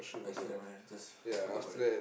okay never mind ah just forget about that